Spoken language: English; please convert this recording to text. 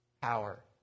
power